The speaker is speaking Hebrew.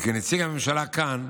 וכנציג הממשלה כאן,